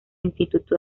instituto